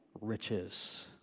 riches